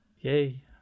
Yay